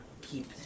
keep